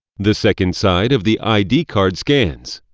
the second side of the id card scans,